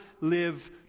live